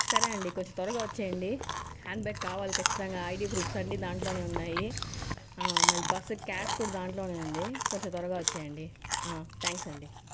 సరే అండి కొంచెం త్వరగా వచ్చేయండి హ్యాండ్ బ్యాగ్ కావాలి ఖచ్చితంగా ఐడి ప్రూఫ్స్ అన్ని దాంట్లోనే ఉన్నాయి మళ్లీ బస్సు క్యాష్ కూడా దాంట్లోనే ఉంది కొంచెం త్వరగా వచ్చేయండి థ్యాంక్స్ అండి